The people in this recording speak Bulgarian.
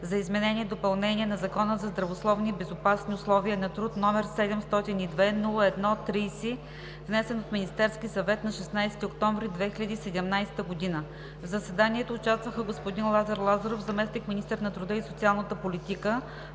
за изменение и допълнение на Закона за здравословни и безопасни условия на труд, № 702-01-30, внесен от Министерски съвет на 16 октомври 2017 г. В заседанието участваха господин Лазар Лазаров – заместник министър на труда и социалната политика;